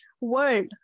world